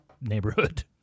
neighborhood